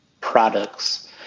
products